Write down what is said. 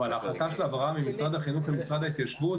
אבל ההחלטה של ההעברה ממשרד החינוך למשרד ההתיישבות